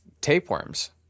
Tapeworms